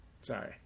Sorry